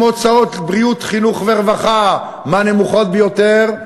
עם הוצאות בריאות, חינוך ורווחה מהנמוכות ביותר.